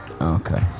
okay